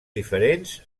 diferents